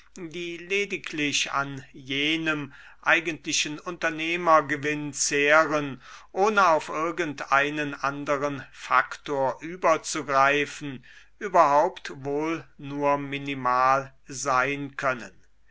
die lediglich an jenem eigentlichen unternehmergewinn zehren ohne auf irgend einen anderen faktor überzugreifen überhaupt wohl nur minimal sein können